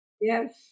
Yes